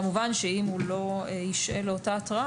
כמובן שאם הוא לא ישעה לאותה התראה